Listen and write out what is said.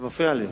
אתה מפריע לי.